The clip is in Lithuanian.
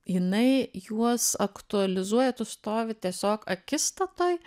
jinai juos aktualizuoja tu stovi tiesiog akistatoj